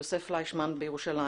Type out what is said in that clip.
יוסף פליישמן בירושלים,